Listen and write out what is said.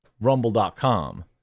Rumble.com